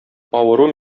авыру